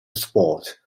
sport